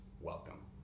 welcome